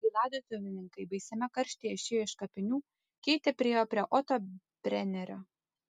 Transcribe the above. kai laidotuvininkai baisiame karštyje išėjo iš kapinių keitė priėjo prie oto brenerio